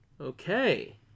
Okay